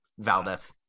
Valdeth